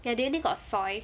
ya they only got soy